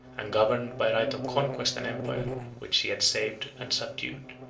and governed by right of conquest an empire which he had saved and subdued.